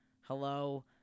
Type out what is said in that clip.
Hello